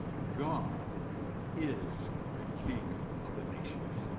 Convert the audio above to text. god is the king of the nations.